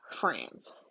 friends